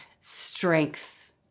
strength